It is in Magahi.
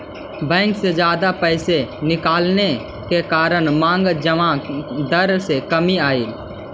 बैंक से जादा पैसे निकलवाने के कारण मांग जमा दर में कमी आई